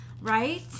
right